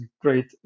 great